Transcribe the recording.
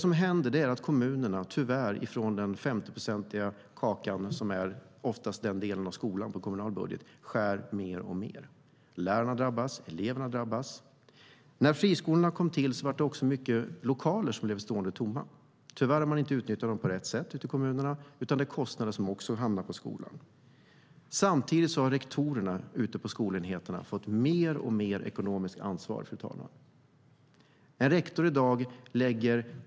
Kommunerna skär tyvärr mer och mer från den 50-procentiga kaka som är skolans del i den kommunala budgeten, och lärare och elever drabbas. När friskolorna tillkom blev också många tomma lokaler stående. Tyvärr har kommunerna inte utnyttjat dem på rätt sätt, utan kostnaderna för dessa hamnar också på skolan. Fru talman! Samtidigt har rektorerna ute på skolenheterna fått mer och mer ekonomiskt ansvar.